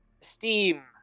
steam